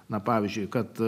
na pavyzdžiui kad